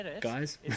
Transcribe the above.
guys